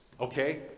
okay